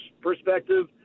perspective